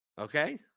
okay